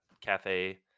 Cafe